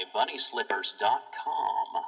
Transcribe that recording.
BunnySlippers.com